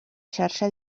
xarxa